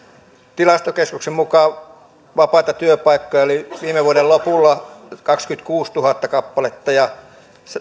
tilastokeskuksen mukaan vapaita työpaikkoja oli viime vuoden lopulla kaksikymmentäkuusituhatta kappaletta ja työttömiä